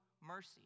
mercy